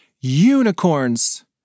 Unicorns